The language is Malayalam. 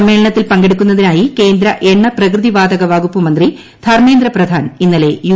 സമ്മേളനത്തിൽ പങ്കെടുക്കുന്നതിനായി കേന്ദ്ര എണ്ണ പ്രകൃതിവാതക വകുപ്പ് മന്ത്രി ധർമ്മേന്ദ്ര പ്രധാൻ ഇന്നലെ യു